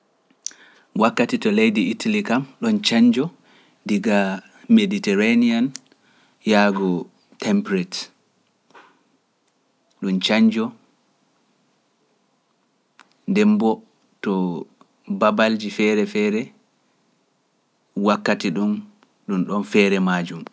Wakkati to leydi Itali kam ɗon canjo diga meditereniya yaagu temperate ɗum canjo ndembo to babalji feere feere wakkati ɗum ɗum ɗon feere majum.